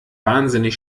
wahnsinnig